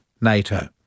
NATO